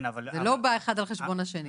זה לא בא אחד על חשבון השני.